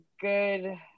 good